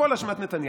הכול אשמת נתניהו.